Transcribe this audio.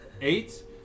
Eight